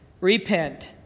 Repent